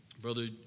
Brother